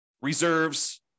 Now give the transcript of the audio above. reserves